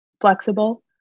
flexible